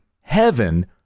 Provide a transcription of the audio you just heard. heaven